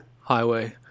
highway